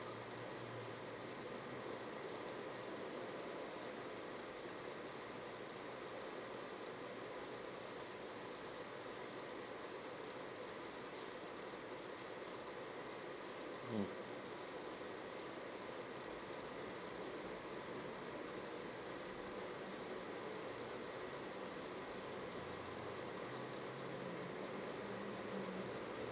mm